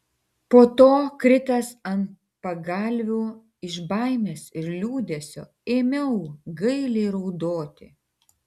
po to kritęs ant pagalvių iš baimės ir liūdesio ėmiau gailiai raudoti